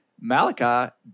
malachi